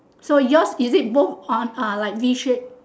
so yours is it both on are like V shape